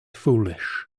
foolish